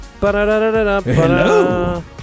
Hello